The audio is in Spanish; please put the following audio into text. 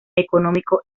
económico